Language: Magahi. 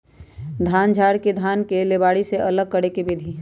धान झाड़ के धान के लेबारी से अलग करे के विधि